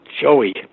Joey